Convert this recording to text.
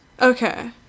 Okay